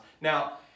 Now